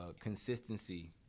consistency